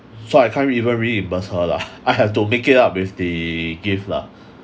so I can't even reimbursed her lah I have to make it up with the gift lah